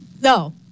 No